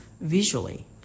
visually